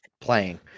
playing